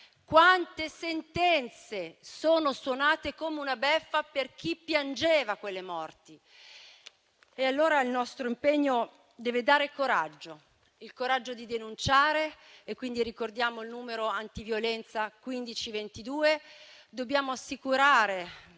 Quante sentenze sono suonate come una beffa per chi piangeva quelle morti. E allora il nostro impegno deve dare coraggio, il coraggio di denunciare. Ricordiamo il numero antiviolenza: 1522. Dobbiamo assicurare